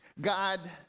God